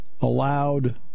allowed